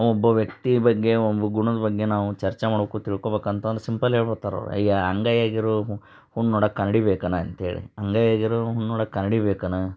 ಒಬ್ಬ ವ್ಯಕ್ತಿಯ ಬಗ್ಗೆ ಒಬ್ಬ ಗುಣದ ಬಗ್ಗೆ ನಾವು ಚರ್ಚೆ ಮಾಡಬೇಕು ತಿಳ್ಕೋಬೇಕು ಅಂತಂದ್ರೆ ಸಿಂಪಲ್ ಹೇಳ್ಬಿಡ್ತಾರೆ ಅವ್ರು ಈಗ ಅಂಗೈಯಾಗೆ ಇರೋ ಹು ಹುಣ್ಣು ನೋಡಕ್ಕೆ ಕನ್ನಡಿ ಬೇಕನೋ ಅಂತೇಳಿ ಅಂಗೈಯಾಗೆ ಇರೋ ಹುಣ್ಣು ನೋಡಕ್ಕೆ ಕನ್ನಡಿ ಬೇಕನೋ